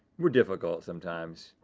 we're difficult sometimes.